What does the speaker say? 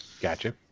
Gotcha